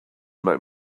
might